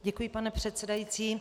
Děkuji, pane předsedající.